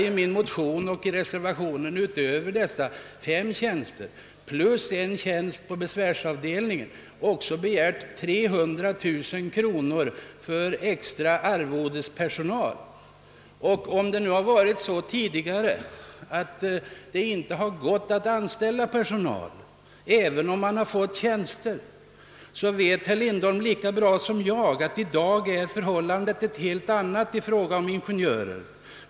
I motionen och reservationen har, utåver de fem tjänsterna plus en tjänst på besvärsavdelningen, också begärts 300 000 kronor för extra arvodespersonal. Även om det tidigare inte har varit möjligt att anställa personal på de tjänster som funnits, så vet herr Lindholm lika bra som jag att förhållandet i dag är ett helt annat.